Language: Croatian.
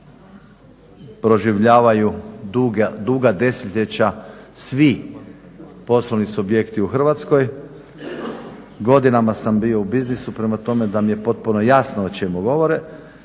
proživljavaju duga desetljeća svi poslovni subjekti u Hrvatskoj. Godinama sam bio u biznisu prema tome da mi je potpuno jasno o čemu govore